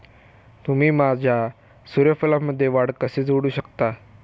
तुम्ही माझ्या सूर्यफूलमध्ये वाढ कसे जोडू शकता?